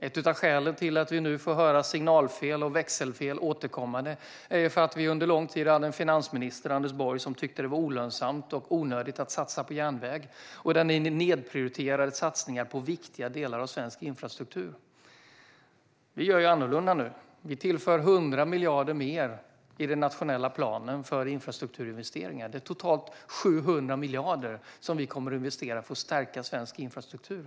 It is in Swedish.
En av orsakerna till att vi nu återkommande får höra om signalfel och växelfel är att vi under lång tid hade en finansminister, Anders Borg, som tyckte att det var olönsamt och onödigt att satsa på järnväg. Ni nedprioriterade satsningar på viktiga delar av svensk infrastruktur. Vi gör annorlunda nu. Vi tillför 100 miljarder mer i den nationella planen för infrastrukturinvesteringar. Det är totalt 700 miljarder som vi kommer att investera för att stärka svensk infrastruktur.